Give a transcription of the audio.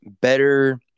better